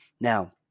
Now